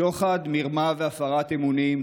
שוחד, מרמה והפרת אמונים,